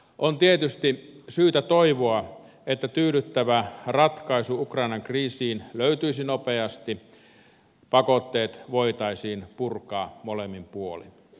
on tietysti syytä toivoa että tyydyttävä ratkaisu ukrainan kriisiin löytyisi nopeasti ja pakotteet voitaisiin purkaa molemmin puolin